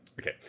okay